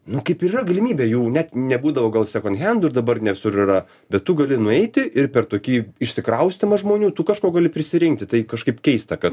nu kaip ir yra galimybė jau net nebūdavo gal sekondhendų ir dabar ne visur yra bet tu gali nueiti ir per tokį išsikraustymą žmonių tu kažko gali prisirinkti tai kažkaip keista kad